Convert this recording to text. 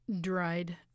dried